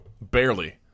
Barely